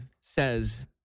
says